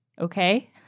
okay